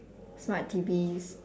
smart T_Vs